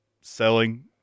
selling